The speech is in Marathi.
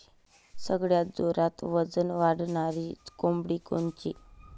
सगळ्यात जोरात वजन वाढणारी कोंबडी कोनची?